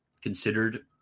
considered